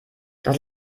das